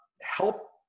help